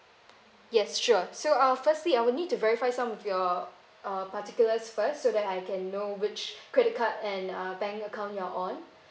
yes sure so uh firstly I will need to verify some of your uh particulars first so that I can know which credit card and uh bank account your own